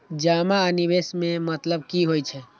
जमा आ निवेश में मतलब कि होई छै?